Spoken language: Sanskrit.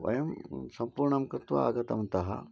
वयं सम्पूर्णं कृत्वा आगतवन्तः